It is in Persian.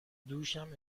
دوشم